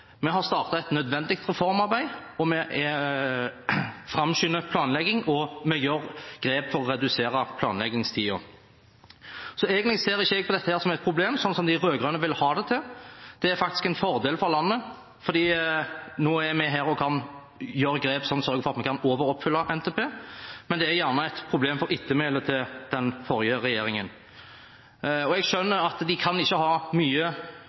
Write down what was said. Vi har startet et nødvendig reformarbeid, vi har framskyndet planleggingen, og vi gjør grep for å redusere planleggingstiden. Jeg ser altså ikke på dette som et problem, som de rød-grønne vil ha det til. Det er faktisk en fordel for landet, fordi nå er vi her og kan gjøre grep som sørger for at vi kan overoppfylle NTP. Det er gjerne et problem for ettermælet til den forrige regjeringen. Jeg skjønner at de ikke kan ha mye